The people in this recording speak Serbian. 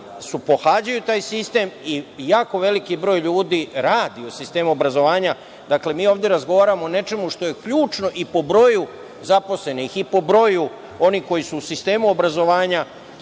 pohađaju taj sistem i jako veliki broj ljudi radi u sistemu obrazovanja. Dakle, mi ovde razgovaramo o nečemu što je ključno i po broju zaposlenih, i po broju onih koji su u sistemu obrazovanja